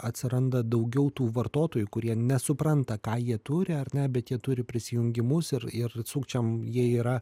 atsiranda daugiau tų vartotojų kurie nesupranta ką jie turi ar ne bet jie turi prisijungimus ir ir sukčiam jie yra